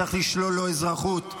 צריך לשלול לו אזרחות,